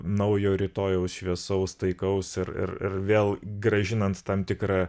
naujo rytojaus šviesaus taikaus ir ir ir vėl grąžinant tam tikrą